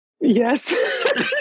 Yes